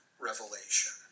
revelation